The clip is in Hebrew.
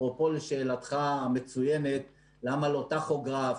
אפרופו לשאלתך המצוינת למה לא טכוגרף,